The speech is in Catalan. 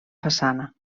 façana